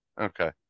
Okay